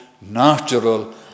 natural